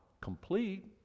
complete